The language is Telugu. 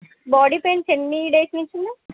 బాడీ పెయిన్స్ ఎన్ని డేస్ నుంచి ఉన్నాయి